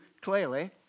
clearly